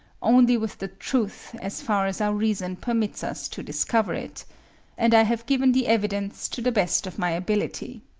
only with the truth as far as our reason permits us to discover it and i have given the evidence to the best of my ability.